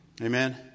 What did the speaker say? Amen